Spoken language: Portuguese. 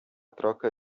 troca